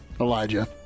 Elijah